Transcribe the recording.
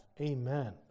Amen